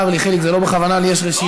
צר לי, חיליק, זה לא בכוונה, לי יש רשימה,